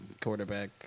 quarterback